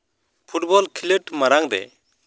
football ᱠᱷᱤᱞᱳᱰ ᱢᱟᱲᱟᱝ ᱨᱮ